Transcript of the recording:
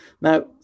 now